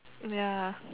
ya